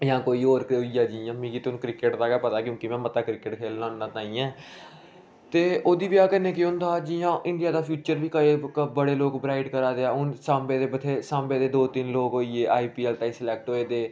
जां कोई होर गै होई गेआ जि'यां मिगी ते हून क्रिकेट दा गै पता क्यूंकि में मता क्रिकेट गै खेलना होन्ना तां गै ते ओह्दी बजह कन्नै केह् होंदा जि'यां इंडिया दा फ्यूचर बी कदें बड़े लोक ब्राइट करा दे ऐ हून साम्बे दे बत्थेरे सांबे दे दो तिन्न लोक होई गै आई पी ऐल्ल ताईं सलैक्ट होए दे